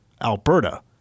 Alberta